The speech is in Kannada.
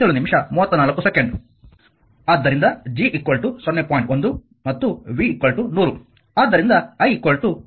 1 ಮತ್ತು v 100 ಆದ್ದರಿಂದ i 10 ಆಂಪಿಯರ್ ಸರಿ